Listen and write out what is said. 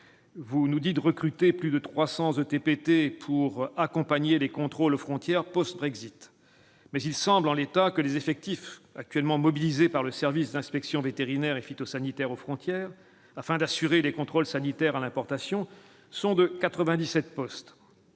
vous nous dites recruter plus de 300 ETPT pour accompagner les contrôles aux frontières post-Brexit, mais il semble en l'état que les effectifs actuellement mobilisés par le service d'inspection vétérinaire et phytosanitaire aux frontières afin d'assurer les contrôles sanitaires à l'importation sont de 97 postes